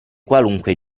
qualunque